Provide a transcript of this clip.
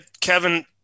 Kevin